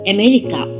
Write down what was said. America